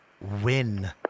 win